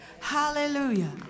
Hallelujah